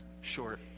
short